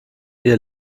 ihr